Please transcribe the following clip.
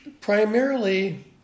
Primarily